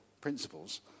principles